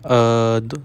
err